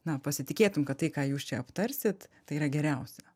na pasitikėtum kad tai ką jūs čia aptarsit tai yra geriausia